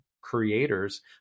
creators